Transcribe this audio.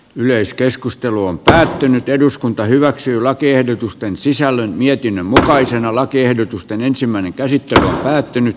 yleiskeskustelu on päättynyt eduskunta hyväksyy lakiehdotusten sisällön jetin mutkaisena lakiehdotusten ensimmäinen käsittely on päättynyt